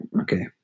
Okay